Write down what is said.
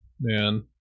Man